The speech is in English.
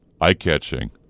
Eye-catching